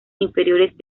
inferiores